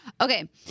Okay